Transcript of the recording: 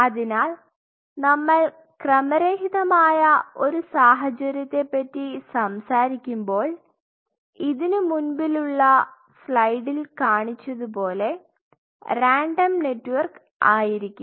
അതിനാൽ നമ്മൾ ഡിഫൈൻഡ് ആയ ഒരു സാഹചര്യത്തെ പറ്റി സംസാരിക്കുമ്പോൾ ഇതിനു മുൻപുള്ള സ്ലൈഡിൽ കാണിച്ചതുപോലെ റാൻഡം നെറ്റ്വർക്ക് ആയിരിക്കും